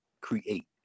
create